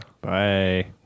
Bye